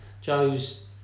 Joe's